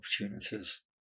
opportunities